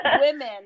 women